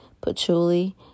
patchouli